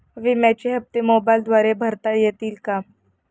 विम्याचे हप्ते मोबाइलद्वारे भरता येतील का?